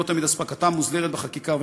לא תמיד אספקתם מוסדרת בחקיקה.